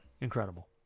Incredible